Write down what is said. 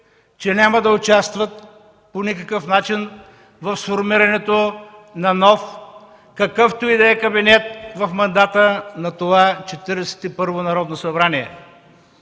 че няма да участват по никакъв начин в сформирането на нов, какъвто и да е, кабинет в мандата на това 41-во Народно събрание,